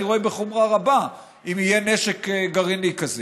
אני רואה בחומרה רבה אם יהיה נשק גרעיני כזה,